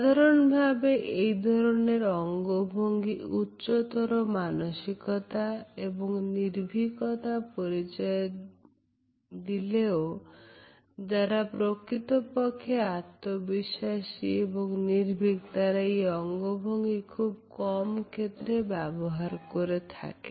সাধারণভাবে এই ধরনের অঙ্গভঙ্গি উচ্চতর মানসিকতা এবং নির্ভীকতা পরিচয় দিলেও যারা প্রকৃতপক্ষে আত্মবিশ্বাসী এবং নির্ভীক তারা এই অঙ্গভঙ্গি খুব কম ক্ষেত্রে ব্যবহার করে থাকে